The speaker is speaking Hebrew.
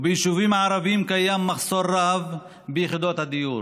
וביישובים הערביים קיים מחסור רב ביחידות דיור.